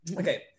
Okay